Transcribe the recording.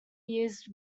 years